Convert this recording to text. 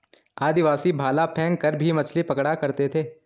आदिवासी भाला फैंक कर भी मछली पकड़ा करते थे